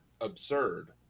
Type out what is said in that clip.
absurd